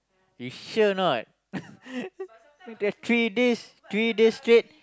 you sure or not that three days three days straight